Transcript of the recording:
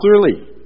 clearly